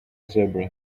zebras